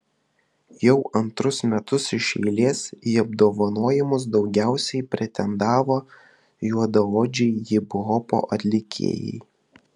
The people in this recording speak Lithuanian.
jau antrus metus iš eilės į apdovanojimus daugiausiai pretendavo juodaodžiai hiphopo atlikėjai